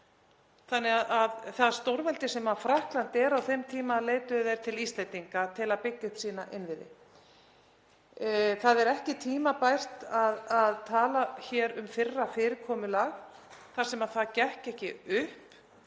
störfum. Það stórveldi sem Frakkland er á þeim tíma leitaði til Íslendinga til að byggja upp sína innviði. Það er ekki tímabært að tala hér um fyrra fyrirkomulag þar sem það gekk ekki upp.